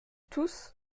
tous